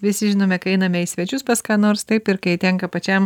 visi žinome kai einame į svečius pas ką nors taip ir kai tenka pačiam